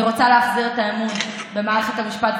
אני רוצה להחזיר את האמון במערכת המשפט.